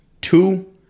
Two